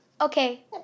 Okay